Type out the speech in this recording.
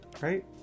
right